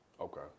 Okay